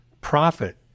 Profit